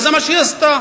וזה מה שהיא עשתה.